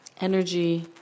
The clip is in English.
energy